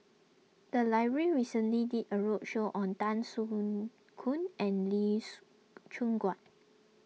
the library recently did a roadshow on Tan soon Khoon and lease Choon Guan